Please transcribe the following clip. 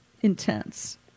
intense